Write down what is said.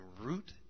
root